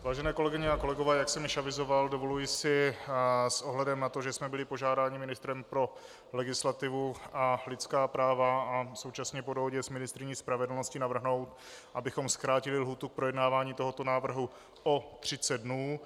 Vážené kolegyně a kolegové, jak jsem již avizoval, dovoluji si s ohledem na to, že jsme byli požádáni ministrem pro legislativu a lidská práva, a současně po dohodě s ministryní spravedlnosti navrhnout, abychom zkrátili lhůtu k projednávání tohoto návrhu o 30 dnů.